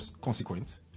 consequent